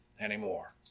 anymore